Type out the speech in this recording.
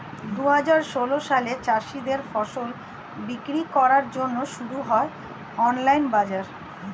দুহাজার ষোল সালে চাষীদের ফসল বিক্রি করার জন্যে শুরু হয় অনলাইন বাজার